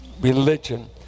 religion